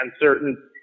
uncertain